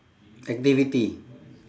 activity